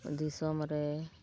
ᱫᱤᱥᱚᱢ ᱨᱮ